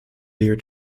lear